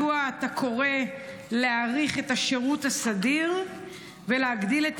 מדוע אתה קורא להאריך את השירות הסדיר ולהגדיל את